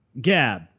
Gab